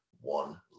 One